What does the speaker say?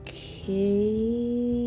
Okay